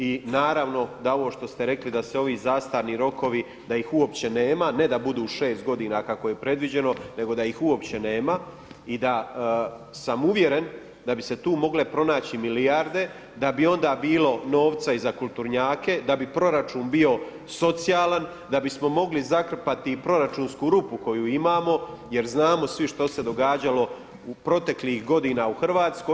I naravno da ovo što ste rekli da se ovi zastarni rokovi da ih uopće nema, ne da budu u 6 godina kako je predviđeno nego da ih uopće nema i da sam uvjeren da bi se tu mogle pronaći milijarde, da bi onda bilo novca i za kulturnjake, da bi proračun bio socijalan, da bismo mogli zakrpati i proračunsku rupu koju imamo jer znamo svi što se događalo u proteklih godina u Hrvatskoj.